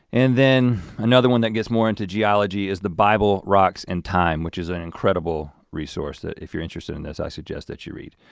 and then another one that gets more into geology is the bible, rocks and time which is an incredible resource that if you're interested in this i suggest that you read.